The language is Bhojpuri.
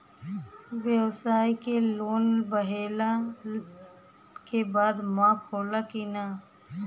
ब्यवसाय के लोन लेहला के बाद माफ़ होला की ना?